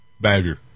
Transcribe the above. badger